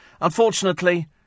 Unfortunately